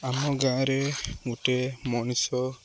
ଆମ ଗାଁରେ ଗୋଟେ ମଣିଷ